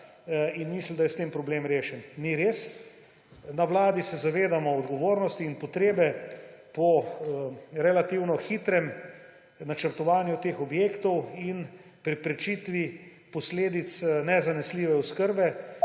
in mislijo, da je s tem problem rešen. Ni res. Na vladi se zavedamo odgovornosti in potrebe po relativno hitrem načrtovanju teh objektov in preprečitvi posledic nezanesljive oskrbe,